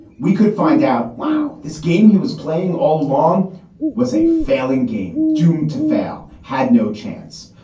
we could find out, wow, this game he was playing all along was a failing game, doomed to fail, had no chance.